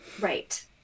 right